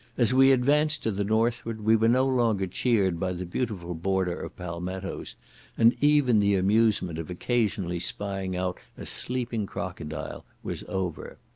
as we advanced to the northward we were no longer cheered by the beautiful border of palmettos and even the amusement of occasionally spying out a sleeping crocodile was over.